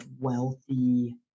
wealthy